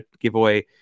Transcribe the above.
giveaway